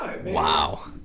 Wow